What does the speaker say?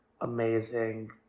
amazing